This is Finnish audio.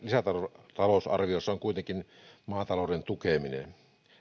lisätalousarviossa on kuitenkin maatalouden tukeminen